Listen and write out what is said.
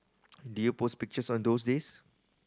do you post pictures on those days